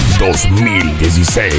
2016